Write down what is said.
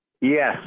yes